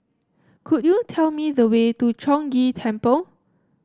could you tell me the way to Chong Ghee Temple